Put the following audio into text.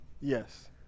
Yes